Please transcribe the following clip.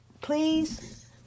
please